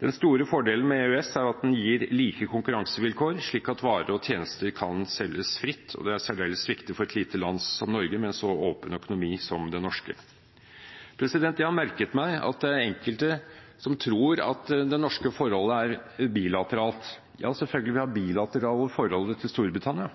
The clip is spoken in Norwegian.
Den store fordelen med EØS er at den gir like konkurransevilkår, slik at varer og tjenester kan selges fritt, og det er særdeles viktig for et lite land som Norge, med en så åpen økonomi som den norske. Jeg har merket meg at det er enkelte som tror at det norske forholdet er bilateralt – ja, selvfølgelig har vi det bilaterale forholdet til Storbritannia,